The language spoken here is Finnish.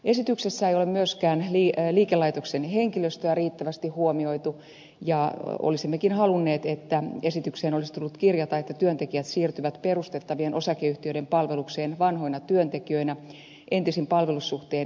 esityksessä ei ole myöskään liikelaitoksen henkilöstöä riittävästi huomioitu ja olisimmekin halunneet että esitykseen olisi tullut kirjata että työntekijät siirtyvät perustettavien osakeyhtiöiden palvelukseen vanhoina työntekijöinä entisen palvelussuhteen ehdoin